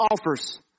offers